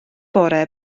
bore